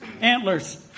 Antlers